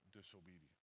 disobedience